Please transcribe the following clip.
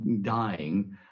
dying